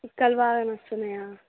పిక్కలు బాగా నొస్తున్నాయా